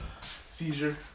Seizure